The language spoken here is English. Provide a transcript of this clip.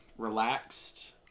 Relaxed